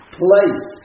place